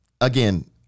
again